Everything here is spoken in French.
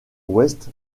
ouest